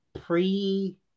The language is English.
pre